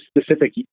specific